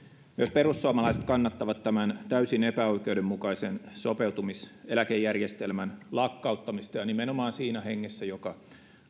perussuomalaiset kannattavat tämän täysin epäoikeudenmukaisen sopeutumiseläkejärjestelmän lakkauttamista ja nimenomaan siinä hengessä joka